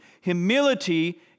Humility